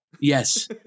Yes